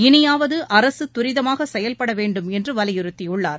இனியாவது அரசு தரிதமாக செயல்பட வேண்டுமென்று வலியுறுத்தியுள்ளார்